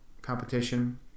competition